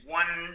one